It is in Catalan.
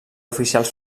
oficials